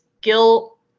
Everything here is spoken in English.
guilt